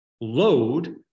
load